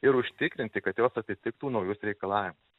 ir užtikrinti kad jos atitiktų naujus reikalavimus